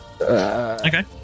Okay